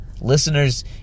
Listeners